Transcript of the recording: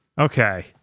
Okay